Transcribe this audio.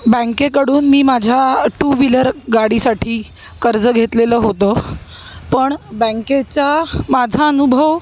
बँकेकडून मी माझ्या टू व्हीलर गाडीसाठी कर्ज घेतलेलं होतं पण बँकेचा माझा अनुभव